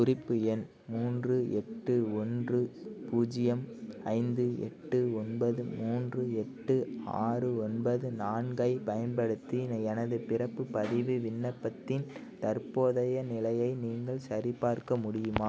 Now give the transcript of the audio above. குறிப்பு எண் மூன்று எட்டு ஒன்று பூஜ்ஜியம் ஐந்து எட்டு ஒன்பது மூன்று எட்டு ஆறு ஒன்பது நான்கைப் பயன்படுத்தி எனது பிறப்புப் பதிவு விண்ணப்பத்தின் தற்போதைய நிலையை நீங்கள் சரிப்பார்க்க முடியுமா